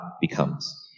becomes